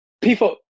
People